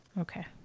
Okay